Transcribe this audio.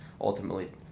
ultimately